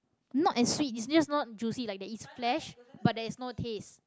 not as sweet it's just not juicy like the it's flesh but there is no taste